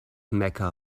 mecca